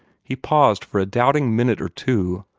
he paused for a doubting minute or two,